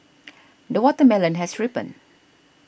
the watermelon has ripened